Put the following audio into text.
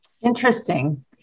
Interesting